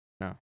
No